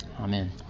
Amen